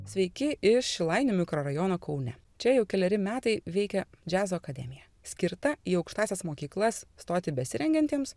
sveiki iš šilainių mikrorajono kaune čia jau keleri metai veikia džiazo akademija skirta į aukštąsias mokyklas stoti besirengiantiems